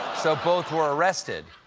so both were arrested.